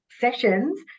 sessions